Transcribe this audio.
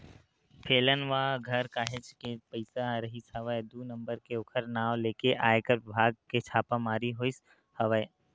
फेलनवा घर काहेच के पइसा रिहिस हवय दू नंबर के ओखर नांव लेके आयकर बिभाग के छापामारी होइस हवय